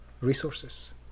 resources